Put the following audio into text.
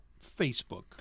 Facebook